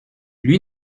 lui